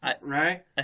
right